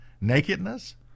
nakedness